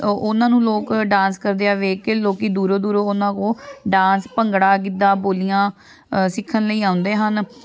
ਉ ਉਹਨਾਂ ਨੂੰ ਲੋਕ ਡਾਂਸ ਕਰਦਿਆਂ ਵੇਖ ਕੇ ਲੋਕ ਦੂਰੋਂ ਦੂਰੋਂ ਉਹਨਾਂ ਕੋਲ ਡਾਂਸ ਭੰਗੜਾ ਗਿੱਧਾ ਬੋਲੀਆਂ ਸਿੱਖਣ ਲਈ ਆਉਂਦੇ ਹਨ